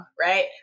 Right